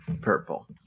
purple